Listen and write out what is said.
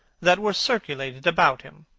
that were circulated about him.